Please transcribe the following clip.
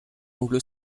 anglo